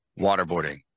Waterboarding